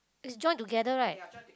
is join together right